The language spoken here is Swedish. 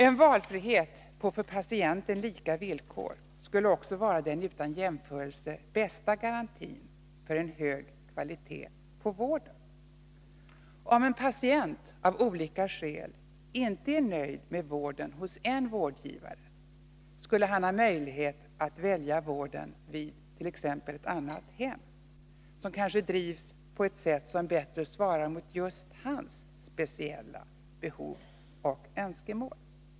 En valfrihet på för patienten lika villkor skulle också vara den utan jämförelse bästa garantin för en hög kvalitet på vården. Om en patient av olika skäl inte är nöjd med vården hos en vårdgivare, skulle han ha möjlighet att välja vården vid t.ex. ett annat hem, som kanske drivs på ett sätt som bättre svarar mot just hans speciella behov och önskemål.